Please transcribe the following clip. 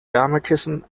wärmekissen